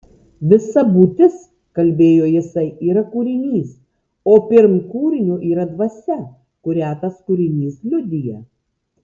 visa būtis kalbėjo jisai yra kūrinys o pirm kūrinio yra dvasia kurią tas kūrinys liudija